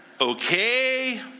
Okay